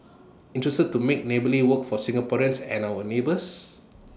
interested to make neighbourly work for Singaporeans and our neighbours